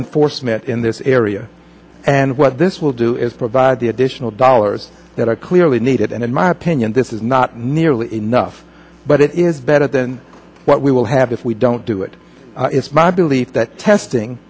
in force met in this area and what this will do is provide the additional dollars that are clearly needed and in my opinion this is not nearly enough but it is better than what we will have if we don't do it it's my belief that testing